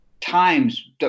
times